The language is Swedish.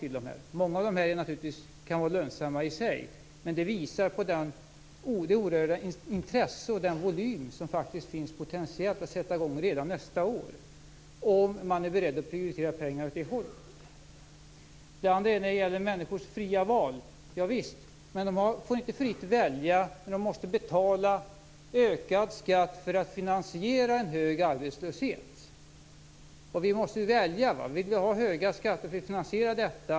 Många investeringar kan vara lönsamma i sig men framför allt visar det här på det oerhört stora intresse och på den volym som faktiskt finns potentiellt när det gäller att sätta i gång med detta redan nästa år - förutsatt att det finns en beredskap att prioritera pengar åt det hållet. Sedan gäller det människors fria val. Javisst, men människor får inte fritt välja när de måste betala ökad skatt för att finansiera en hög arbetslöshet. Vi måste välja. Vill vi ha höga skatter, får vi finansiera det.